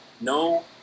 no